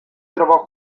trovò